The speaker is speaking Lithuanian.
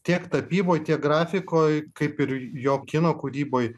tiek tapyboj tiek grafikoj kaip ir jo kino kūryboj